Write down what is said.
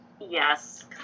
Yes